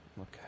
Okay